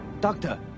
Doctor